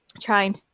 trying